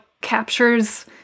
captures